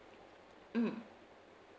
mm